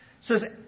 says